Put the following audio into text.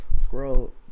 squirrel